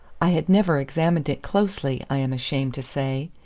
i had never examined it closely, i am ashamed to say.